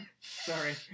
Sorry